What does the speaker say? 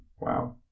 Wow